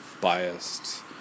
biased